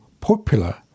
popular